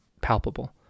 palpable